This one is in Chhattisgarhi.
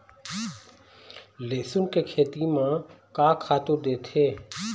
लेसुन के खेती म का खातू देथे?